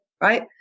Right